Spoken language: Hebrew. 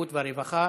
הרווחה